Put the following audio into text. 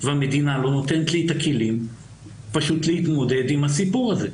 והמדינה לא נותנת לי את הכלים פשוט להתמודד עם הסיפור הזה.